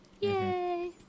Yay